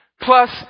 plus